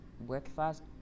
breakfast